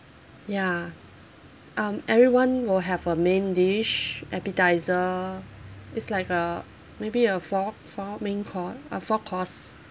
ya um everyone will have a main dish appetiser it's like a maybe a four four main cour~ uh four course